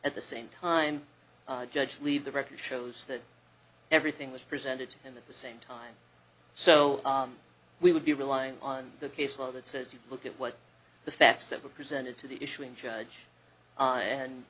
at the same time judge leave the record shows that everything was presented and at the same time so we would be relying on the case law that says you look at what the facts that were presented to the issuing judge a